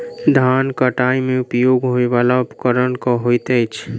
धान कटाई मे उपयोग होयवला उपकरण केँ होइत अछि?